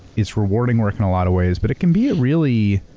it's rewarding work in a lot of ways but it can be a really,